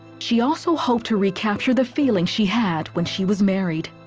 she also hoped to recapture the feeling she had when she was married.